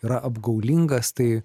yra apgaulingas tai